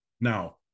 Now